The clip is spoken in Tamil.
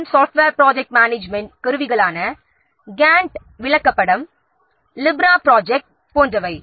எம் சாஃப்ட்வேர் ப்ரொஜெக்ட் மேனேஜ்மெண்ட் கருவிகளான கேன்ட் விளக்கப்படம் லிப்ரா ப்ரொஜெக்ட் போன்றவை